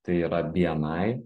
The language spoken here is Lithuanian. tai yra bni